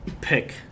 pick